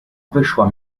wyszła